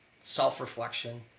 self-reflection